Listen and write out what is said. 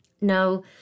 No